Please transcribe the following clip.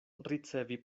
ricevi